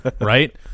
right